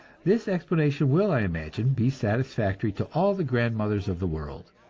this explanation will, i imagine, be satisfactory to all the grandmothers of the world.